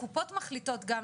הקופות מחליטות גם